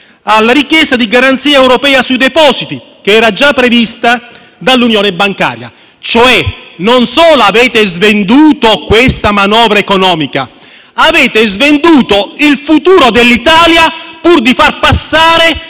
alla richiesta di garanzia europea sui depositi, che era già prevista dall'Unione bancaria: avete svenduto non solo la manovra economica, ma lo stesso futuro dell'Italia, pur di far passare